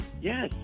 Yes